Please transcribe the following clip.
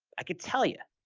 i could tell you,